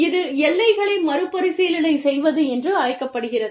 இது எல்லைகளை மறுபரிசீலனை செய்வது என்று அழைக்கப்படுகிறது